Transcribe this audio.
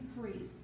free